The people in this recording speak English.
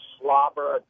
slobber